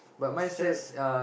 sell